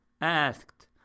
asked